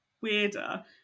weirder